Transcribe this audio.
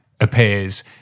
appears